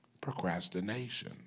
procrastination